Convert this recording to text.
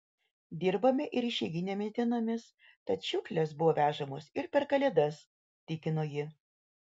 dirbame ir išeiginėmis dienomis tad šiukšlės buvo vežamos ir per kalėdas tikino ji